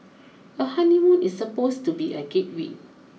a honeymoon is supposed to be a gateway